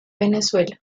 venezuela